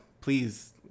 please